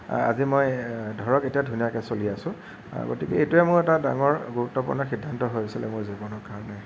আজি মই ধৰক এতিয়া ধুনীয়াকে চলি আছোঁ গতিকে এইটোৱে মোৰ এটা ডাঙৰ গুৰুত্বপূৰ্ণ সিদ্ধান্ত হৈছিল মোৰ জীৱনৰ কাৰণে